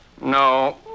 No